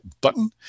button